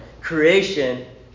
creation